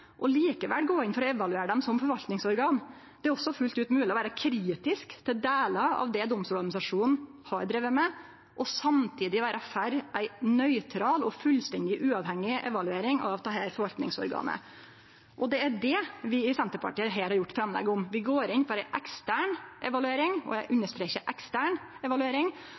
og likevel gå inn for å evaluere dei som forvaltningsorgan. Det er også fullt mogleg å vere kritisk til delar av det Domstoladministrasjonen har drive med, og samtidig vere for ei nøytral og fullstendig uavhengig evaluering av dette forvaltningsorganet. Det er det vi i Senterpartiet her har gjort framlegg om. Vi går inn for ei ekstern – eg understrekar ekstern – evaluering